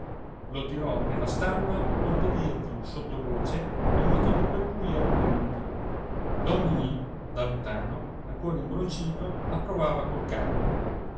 lo tirò nella stalla onde dirgli sottovoce il motivo per cui erano venuti don ninì da lontano ancora imbroncito approvava col capo